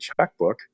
checkbook